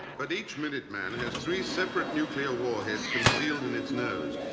but each minuteman has three separate nuclear warheads concealed in its nose,